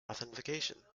authentication